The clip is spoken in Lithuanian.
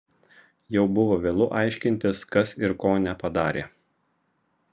jau buvo vėlu aiškintis kas ir ko nepadarė